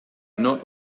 not